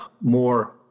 more